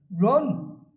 run